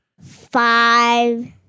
Five